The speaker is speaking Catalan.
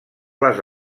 les